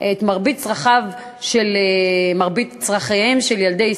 את מרבית צורכיהם של ילדי ישראל,